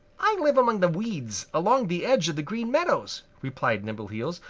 i live among the weeds along the edge of the green meadows, replied nimbleheels,